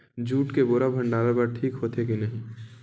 Jute के बोरा भंडारण बर ठीक होथे के नहीं?